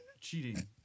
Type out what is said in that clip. cheating